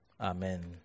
Amen